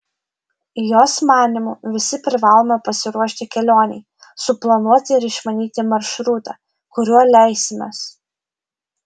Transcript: jos manymu visi privalome pasiruošti kelionei suplanuoti ir išmanyti maršrutą kuriuo leisimės